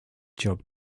job